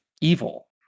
evil